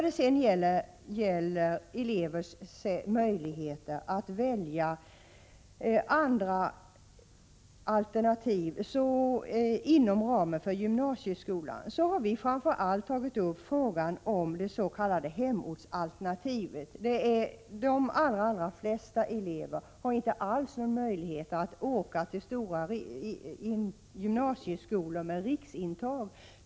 Beträffande elevers möjligheter att välja andra alternativ inom ramen för gymnasieskolan, har vi framför allt tagit upp frågan om det s.k. hemortsalternativet. De allra flesta elever har inte alls någon möjlighet att åka till stora gymnasieskolor med riksintag.